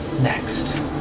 next